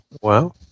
WoW